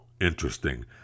interesting